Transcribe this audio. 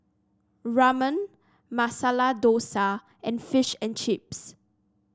Ramen Masala Dosa and Fish and Chips